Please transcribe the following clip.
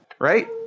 Right